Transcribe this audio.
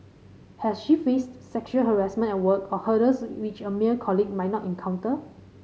has she faced sexual harassment at work or hurdles which a male colleague might not encounter